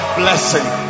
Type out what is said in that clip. blessing